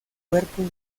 cuerpos